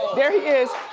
there he is.